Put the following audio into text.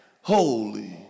holy